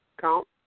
count